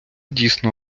дійсно